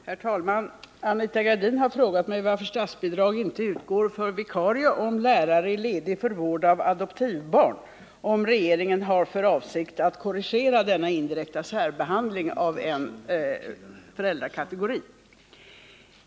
Herr talman! Anita Gradin har frågat mig varför statsbidrag inte utgår för vikarie om lärare är ledig för vård av adoptivbarn samt om regeringen har för avsikt att korrigera denna indirekta särbehandling av en föräldrakategori.